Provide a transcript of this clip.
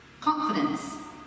Confidence